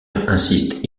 insiste